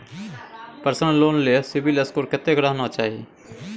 Personal loan ले CIBIL score कत्ते रहना चाही?